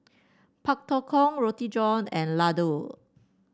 Pak Thong Ko Roti John and laddu